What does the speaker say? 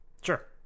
Sure